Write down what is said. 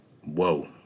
whoa